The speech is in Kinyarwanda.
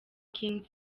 king